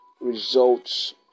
results